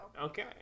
Okay